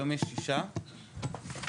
היום יש שישה פועלים?